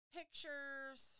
pictures